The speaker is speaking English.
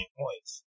points